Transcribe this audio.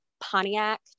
Pontiac